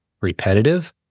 repetitive